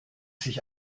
sich